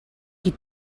qui